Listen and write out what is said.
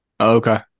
Okay